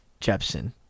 Jepsen